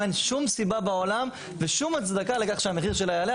אין שום סיבה בעולם ושום הצדקה לכך שהמחיר שלה יעלה.